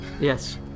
Yes